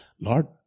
Lord